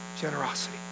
generosity